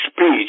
speech